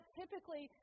typically